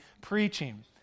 preaching